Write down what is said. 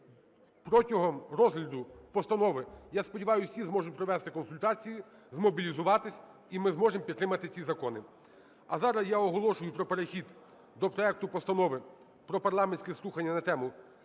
Протягом розгляду постанови, я сподіваюсь, всі зможуть провести консультації, змобілізуватись, і ми зможемо підтримати ці закони. А зараз я оголошую про перехід до проекту Постанови про парламентські слухання на тему: